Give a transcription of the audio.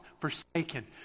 forsaken